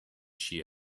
she